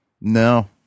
No